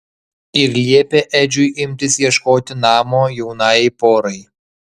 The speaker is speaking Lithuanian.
ir liepė edžiui imtis ieškoti namo jaunajai porai